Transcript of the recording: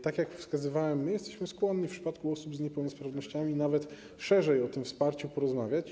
Tak jak wskazywałem, my jesteśmy skłonni w przypadku osób z niepełnosprawnościami nawet szerzej o tym wsparciu porozmawiać.